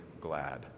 glad